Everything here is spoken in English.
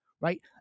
right